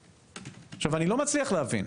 איני מצליח להבין.